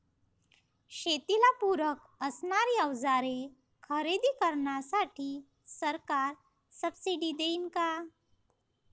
शेतीला पूरक असणारी अवजारे खरेदी करण्यासाठी सरकार सब्सिडी देईन का?